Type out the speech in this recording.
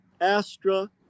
Astra